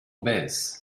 baissent